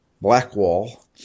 Blackwall